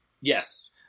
yes